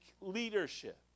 leadership